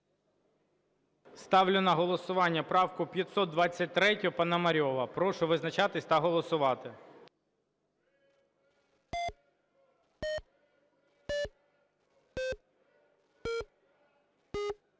Ставлю на голосування правку 523 Пономарьова. Прошу визначатись та голосувати.